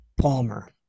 palmer